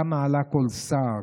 כמה עלה כל שר,